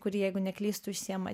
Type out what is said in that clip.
kuri jeigu neklystu užsiėma